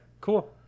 cool